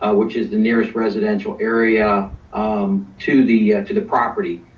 ah which is the nearest residential area um to the to the property,